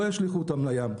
ולא ישליכו אותם לים.